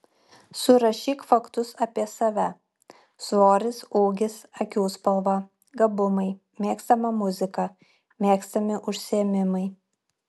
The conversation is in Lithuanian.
surašyk faktus apie save svoris ūgis akių spalva gabumai mėgstama muzika mėgstami užsiėmimai